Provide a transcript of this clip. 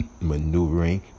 maneuvering